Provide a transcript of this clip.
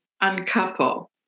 uncouple